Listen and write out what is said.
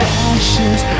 ashes